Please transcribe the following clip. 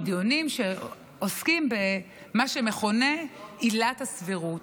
דיונים שעוסקים במה שמכונה עילת הסבירות.